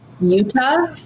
Utah